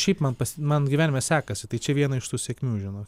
šiaip man pas man gyvenime sekasi tai čia viena iš tų sėkmių žinok